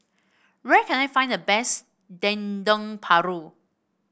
where can I find the best Dendeng Paru